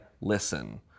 listen